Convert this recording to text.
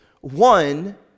one